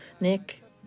nick